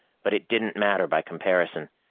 but it didn't matter by comparison.